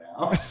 now